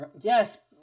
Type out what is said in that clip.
Yes